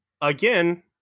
again